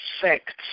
sects